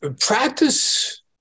practice